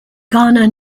garner